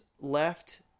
left